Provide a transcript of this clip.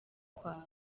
kwawe